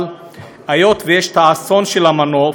אבל היות שיש האסון של המנוף,